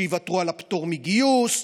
שיוותרו על הפטור מגיוס,